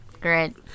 great